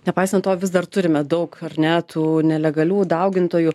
nepaisant to vis dar turime daug ar ne tų nelegalių daugintojų